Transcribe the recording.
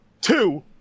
Two